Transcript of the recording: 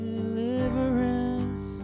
Deliverance